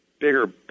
bigger